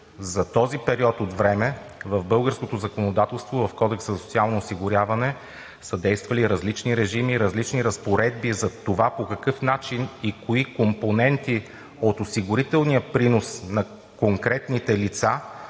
за този период от време в българското законодателство в Кодекса за социално осигуряване са действали различни режими, различни разпоредби за това по какъв начин и кои компоненти от осигурителния принос на конкретните лица